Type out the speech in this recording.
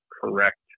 correct